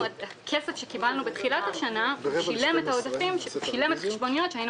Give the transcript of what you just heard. הכסף שקיבלנו בתחילת השנה שילם את החשבוניות שהיינו